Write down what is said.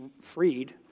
freed